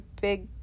big